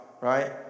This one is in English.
right